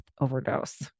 overdose